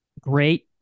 Great